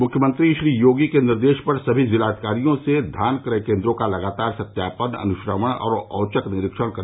मुख्यमंत्री श्री योगी के निर्देश पर सभी जिलाधिकारियों से धान क्रय केन्द्रों का लगातार सत्यापन अनुश्रवण और औचक निरीक्षण करने को कहा गया है